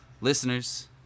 listeners